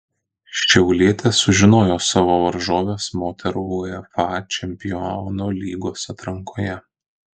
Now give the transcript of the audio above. šiaulietės sužinojo savo varžoves moterų uefa čempionų lygos atrankoje